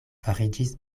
fariĝis